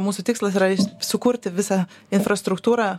mūsų tikslas yra sukurti visą infrastruktūrą